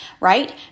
right